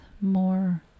more